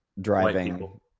driving